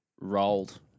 rolled